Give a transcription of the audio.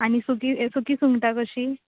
आनी सुकी ए सुकी सुंगटां कशीं